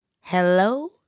Hello